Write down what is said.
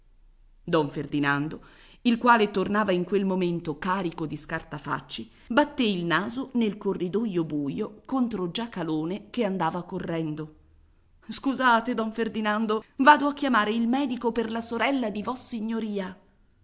don ferdinando il quale tornava in quel momento carico di scartafacci batté il naso nel corridoio buio contro giacalone che andava correndo scusate don ferdinando vado a chiamare il medico per la sorella di vossignoria